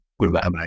Goodbye